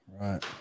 right